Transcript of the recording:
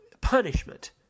punishment